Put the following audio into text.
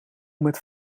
met